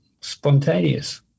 spontaneous